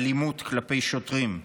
אלימות כלפי שוטרים,